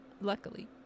luckily